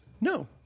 No